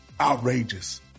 outrageous